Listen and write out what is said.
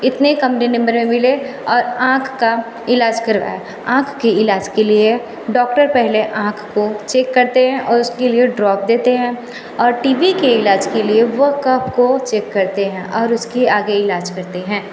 इतने कमरे में मिले और आँख का इलाज करवाएँ आँख के इलाज के लिए डॉक्टर पहले आँख को चेक करते हैं और उसके लिए ड्रॉप देते हैं और टी बी के इलाज के लिए वो कफ को चेक करते है और उसका आगे इलाज करते है